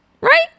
right